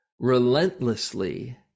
relentlessly